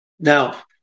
Now